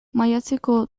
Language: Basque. maiatzeko